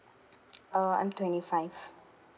uh I'm twenty five